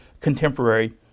contemporary